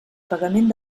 pagament